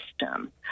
system